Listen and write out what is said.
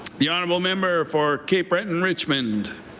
the honourable member for cape breton-richmond.